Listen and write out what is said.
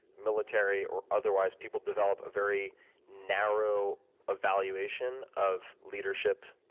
military, or otherwise, people develop a very narrow evaluation of leadership.